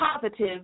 positive